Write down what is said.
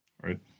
right